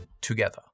together